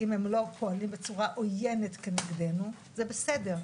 אם הם לא פועלים בצורה עוינת נגדנו, זה בסדר.